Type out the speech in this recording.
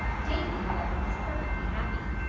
davy, however, was perfectly happy.